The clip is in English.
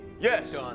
yes